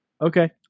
Okay